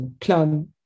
plan